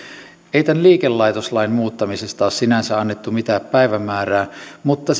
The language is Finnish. ei tämän liikelaitoslain muuttamisesta ole sinänsä annettu mitään päivämäärää mutta